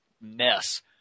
mess